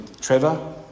Trevor